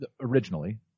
originally